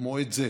מועד זה.